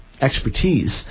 expertise